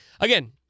again